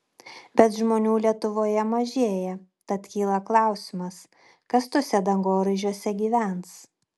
bet žmonių lietuvoje mažėja tad kyla klausimas kas tuose dangoraižiuose gyvens